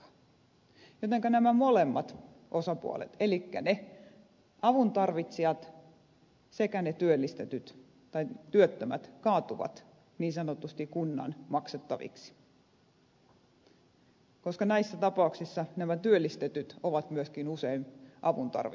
näin ollen nämä molemmat osapuolet elikkä ne avun tarvitsijat sekä ne työttömät kaatuvat niin sanotusti kunnan maksettaviksi koska näissä tapauksissa nämä työllistetyt ovat myöskin usein avun tarvitsijoita